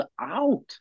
out